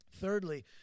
Thirdly